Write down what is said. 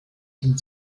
dem